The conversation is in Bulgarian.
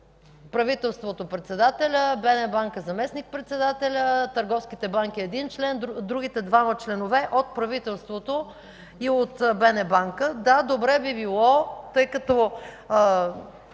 правителството – председателя, БНБ – заместник-председателя, търговските банки – един член, другите двама членове – от правителството и БНБ. Да, добре би било, тъй като